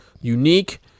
unique